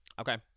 okay